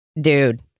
Dude